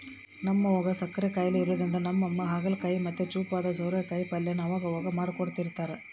ನಮ್ ಅವ್ವುಗ್ ಸಕ್ಕರೆ ಖಾಯಿಲೆ ಇರೋದ್ರಿಂದ ನಮ್ಮಮ್ಮ ಹಾಗಲಕಾಯಿ ಮತ್ತೆ ಚೂಪಾದ ಸ್ವಾರೆಕಾಯಿ ಪಲ್ಯನ ಅವಗವಾಗ ಮಾಡ್ಕೊಡ್ತಿರ್ತಾರ